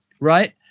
right